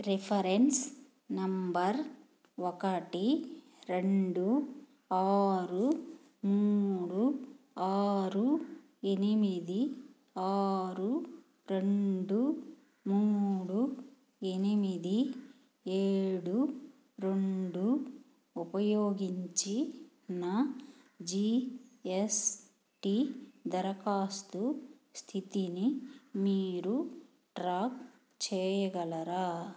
reference number ఒకటి రెండు ఆరు మూడు ఆరు ఎనిమిది ఆరు రెండు మూడు ఎనిమిది ఏడు రెండు ఉపయోగించి నా జి ఎస్ టి దరఖాస్తు స్థితిని మీరు ట్రాక్ చేయగలరా